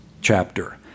chapter